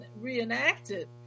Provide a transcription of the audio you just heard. reenacted